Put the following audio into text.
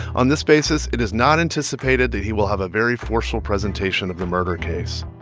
on this basis, it is not anticipated that he will have a very forceful presentation of the murder case